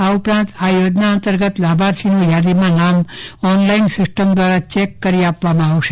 આ ઉપરાંત આ યોજના અંતર્ગત લાભાર્થી નું યાદીમાં નામ ઓનલાઈન સીસ્ટમ દ્વારા ચેક કરી આપવામાં આવશે